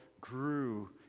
grew